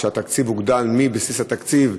שהתקציב הוגדל מבסיס התקציב,